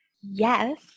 Yes